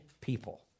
people